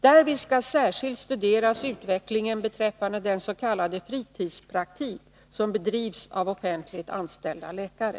Därvid skall särskilt studeras utvecklingen beträffande den s.k. fritidspraktik som bedrivs av offentligt anställda läkare.